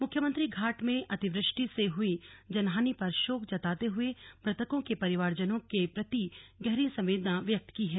मुख्यमंत्री घाट में अतिवृष्टि से हुई जनहानि पर शोक जताते हुए मृतकों के परिवारजनों के प्रति गहरी संवेदना व्यक्त की है